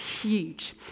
huge